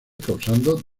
causando